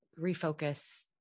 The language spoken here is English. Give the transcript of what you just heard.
Refocus